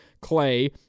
Clay